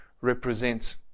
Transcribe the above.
represents